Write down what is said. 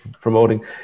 promoting